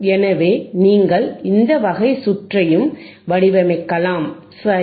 எனவே நீங்கள் இந்த வகை சுற்றையும் வடிவமைக்கலாம் சரி